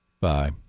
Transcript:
Bye